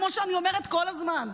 כמו שאני אומרת כל הזמן,